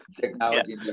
technology